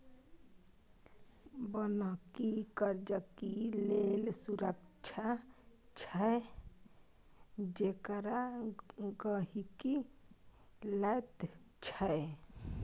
बन्हकी कर्जाक लेल सुरक्षा छै जेकरा गहिंकी लैत छै